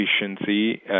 efficiency